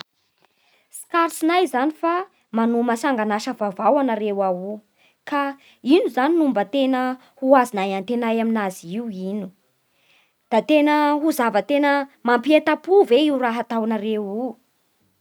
Tsikaritsinay zany fa manoma sangan'asa vaovao anareo ao ka ino zany no mba tena ho azonay antenay aminazy io ino? Da tena ho zava-mampientam-po ve io raha ataonareo io?